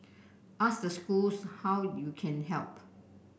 ask the schools how you can help